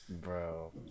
Bro